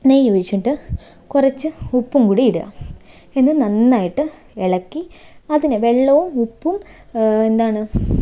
നെയ്യ് ഒഴിച്ചിട്ട് കുറച്ച് ഉപ്പും കൂടി ഇടുക ഇത് നന്നായിട്ട് ഇളക്കി അതിന് വെള്ളവും ഉപ്പും എന്താണ്